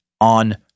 on